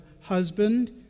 husband